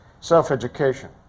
self-education